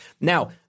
Now